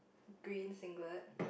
green singlet